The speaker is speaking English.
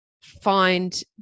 find